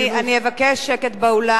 חברים, אני מבקשת שקט באולם.